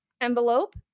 envelope